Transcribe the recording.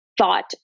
thought